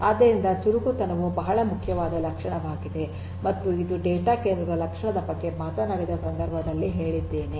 ಆದ್ದರಿಂದ ಚುರುಕುತನವು ಬಹಳ ಮುಖ್ಯವಾದ ಲಕ್ಷಣವಾಗಿದೆ ಮತ್ತು ಇದು ಡೇಟಾ ಕೇಂದ್ರದ ಲಕ್ಷಣದ ಬಗ್ಗೆ ಮಾತನಾಡಿದ ಸಂದರ್ಭದಲ್ಲಿ ಹೇಳಿದ್ದೇನೆ